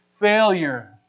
failure